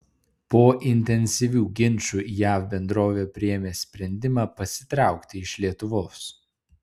po intensyvių ginčų jav bendrovė priėmė sprendimą pasitraukti iš lietuvos